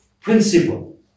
principle